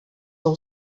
não